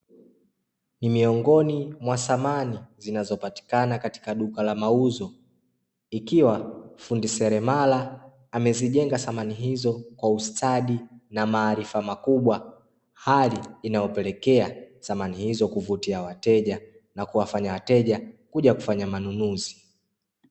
Ni miongoni mwa samani za nyumbani ikiwa fundi seremala amezijenga kwa umakini na ustadi mkubwa ambapo samani hizo zinavutia wateja na kuwafanya kuja kufanya manunuzi.